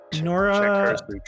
Nora